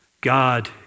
God